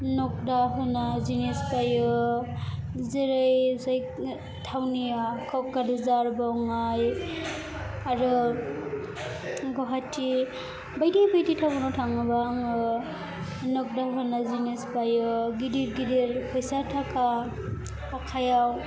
नग्दा होना जिनिस बायो जेरै थाउनिआ क'क्राझार बङाइगाव आरो गुवाहाटि बायदि बायदि टाउनआव थाङोबा आङो नग्दा होना जिनिस बायो गिदिर गिदिर फैसा थाखा आखाइआव